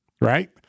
right